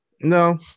No